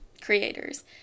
creators